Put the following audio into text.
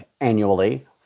annually